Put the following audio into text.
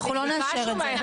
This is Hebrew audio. אנחנו לא נאשר את זה.